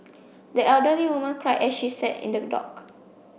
the elderly woman cried as she sat in the dock